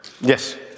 Yes